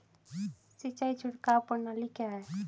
सिंचाई छिड़काव प्रणाली क्या है?